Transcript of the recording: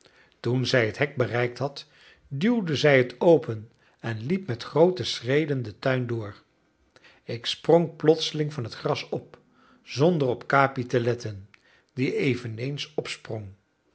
toen zij het hek bereikt had duwde zij het open en liep met groote schreden de tuin door ik sprong plotseling van het gras op zonder op capi te letten die eveneens opsprong